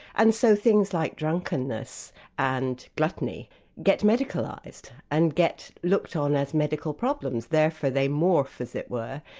and so things like drunkenness and gluttony get medicalised, and get looked on as medical problems. therefore they morph as it were,